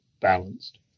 balanced